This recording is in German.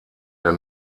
der